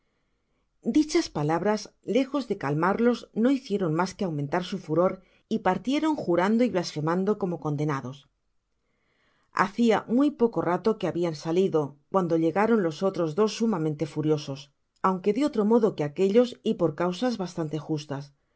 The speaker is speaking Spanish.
dichas palabras lejos de calmarlos no hicieron mas que aumentar su furor y partieron jurando y blasfemando como condenados hacia muy poco rato que habian salido cuando llegaron los otros dos sumamente furiosos aunque de otro modo que aquellos y por causas bastante justas